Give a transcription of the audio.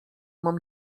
mam